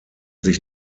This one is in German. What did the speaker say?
sich